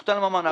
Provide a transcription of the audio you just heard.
הוקטן מענק.